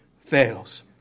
fails